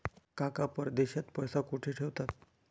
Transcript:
काका परदेशात पैसा कुठे ठेवतात?